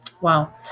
Wow